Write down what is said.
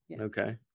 okay